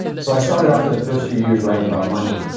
so, i started off for the first few years writing about money.